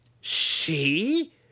She